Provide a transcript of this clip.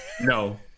No